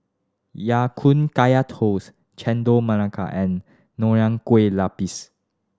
Ya Kun Kaya Toast Chendol Melaka and Nonya Kueh Lapis